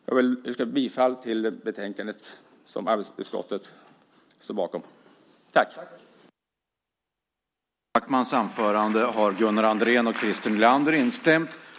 Jag yrkar bifall till förslaget i arbetsmarknadsutskottets betänkande 3.